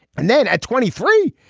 and then at twenty three,